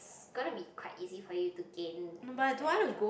is gonna be quite easy for you to gain that job